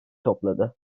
topladı